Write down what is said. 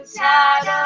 tired